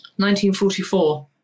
1944